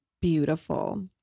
beautiful